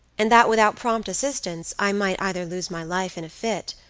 and that, without prompt assistance, i might either lose my life in a fit,